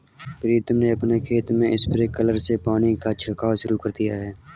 प्रीतम ने अपने खेत में स्प्रिंकलर से पानी का छिड़काव शुरू कर दिया है